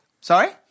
Sorry